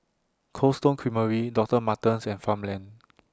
Cold Stone Creamery Doctor Martens and Farmland